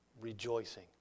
rejoicing